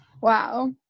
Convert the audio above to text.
Wow